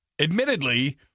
admittedly